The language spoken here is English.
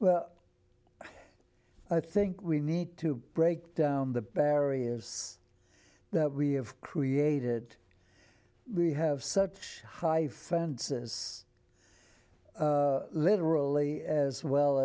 well i think we need to break down the barriers that we have created we have such high fences literally as well